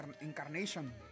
Incarnation